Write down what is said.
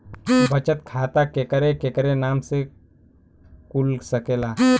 बचत खाता केकरे केकरे नाम से कुल सकेला